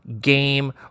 game